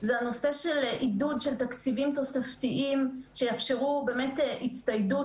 היא הנושא של עידוד תקציבים תוספתיים שיאפשרו הצטיידות,